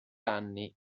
anni